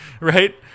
Right